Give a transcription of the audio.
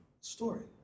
story